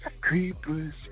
creepers